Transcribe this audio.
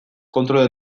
kontrol